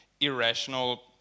irrational